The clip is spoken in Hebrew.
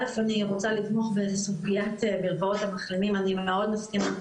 א' אני רוצה לתמוך בסוגיית מרפאות המחלימים אני מאוד מסכימה,